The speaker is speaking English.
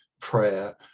prayer